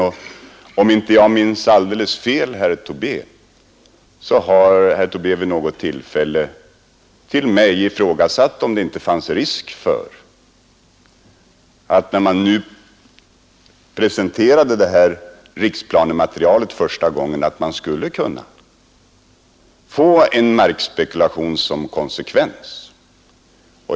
Om jag inte minns alldeles fel, herr Tobé, har herr Tobé vid något tillfälle till mig ifrågasatt om det inte fanns risk för att man, när man nu presenterade detta riksplanematerial första gången, skulle kunna få en markspekulation som konsekvens.